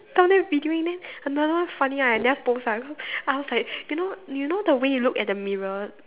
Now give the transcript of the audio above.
down there videoing then another one funny one I never post ah cause I was like you know you know the way you look at the mirror